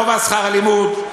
תקבל בנות ספרדיות למוסדות שלך.